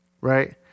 Right